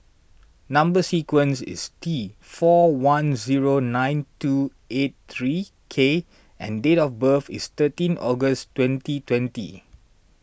Number Sequence is T four one zero nine two eight three K and date of birth is thirteen August twenty twenty